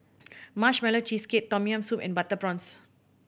Marshmallow Cheesecake Tom Yam Soup and butter prawns